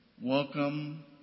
Welcome